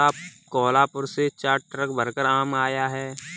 कोहलापुर से चार ट्रक भरकर आम आया है